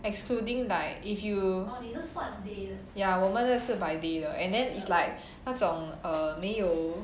excluding like if you ya 我们的是 by day 的 and then is like 那种 err 没有